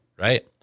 right